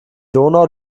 donau